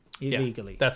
illegally